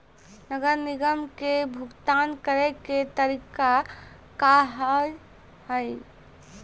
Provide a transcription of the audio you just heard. नगर निगम के भुगतान करे के तरीका का हाव हाई?